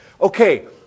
Okay